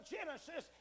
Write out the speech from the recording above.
Genesis